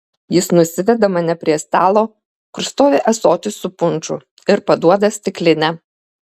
jis nusiveda mane prie stalo kur stovi ąsotis su punšu ir paduoda stiklinę